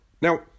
Now